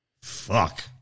Fuck